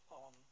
on